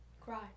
Cry